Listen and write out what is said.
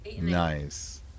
Nice